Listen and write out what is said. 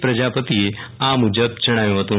પ્રજાપતિએ આ મુજબ જણાવ્યું હતું